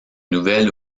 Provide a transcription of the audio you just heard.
nouvelle